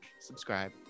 subscribe